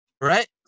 Right